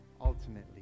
ultimately